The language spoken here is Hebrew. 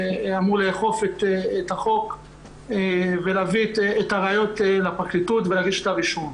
הוא אמור לאכוף את החוק ולהביא את הראיות לפרקליטות ולהגיש כתב אישום.